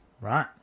Right